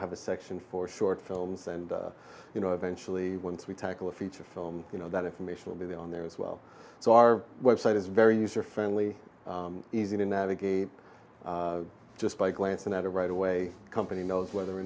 have a section for short films and you know eventually once we tackle a feature film you know that information will be on there as well so our web site is very user friendly easy to navigate just by glancing at her right away company knows whether or